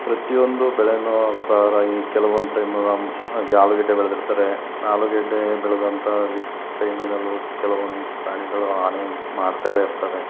ಪ್ರತಿಯೊಂದು ಬೆಳೆಯೂ ಸಹ ಈ ಕೆಲವೊಂದು ಟೈಮು ಈಗ ಆಲೂಗಡ್ಡೆ ಬೆಳೆದಿರ್ತಾರೆ ಆಲೂಗಡ್ಡೆ ಬೆಳೆದಂಥ ಟೈಮಿನಲ್ಲೂ ಕೆಲವೊಂದು ಪ್ರಾಣಿಗಳು ಹಾನಿ ಮಾಡ್ತಲೇ ಇರ್ತವೆ